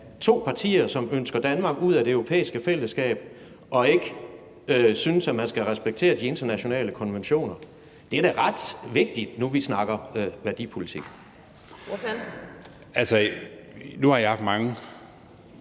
to partier, som ønsker Danmark ud af Det Europæiske Fællesskab og ikke synes, at man skal respektere de internationale konventioner? Det er da ret vigtigt, nu vi snakker værdipolitik.